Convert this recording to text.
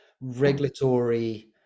Regulatory